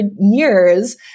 years